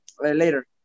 later